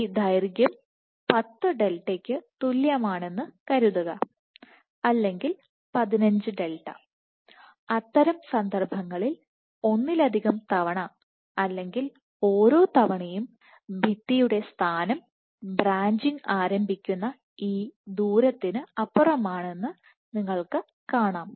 ഈ ദൈർഘ്യം 10 ഡെൽറ്റയ്ക്ക് തുല്യമാണെന്ന് കരുതുക അല്ലെങ്കിൽ 15 ഡെൽറ്റ അത്തരം സന്ദർഭങ്ങളിൽ ഒന്നിലധികം തവണ അല്ലെങ്കിൽ ഓരോ തവണയും ഭിത്തിയുടെ സ്ഥാനം ബ്രാഞ്ചിംഗ് ആരംഭിക്കുന്ന ഈ ദൂരത്തിനപ്പുറമാണെന്ന് നിങ്ങൾക്ക് കാണാം